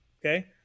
Okay